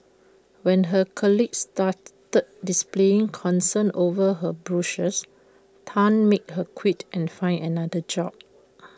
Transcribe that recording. when her colleagues started displaying concern over her Bruises Tan made her quit and find another job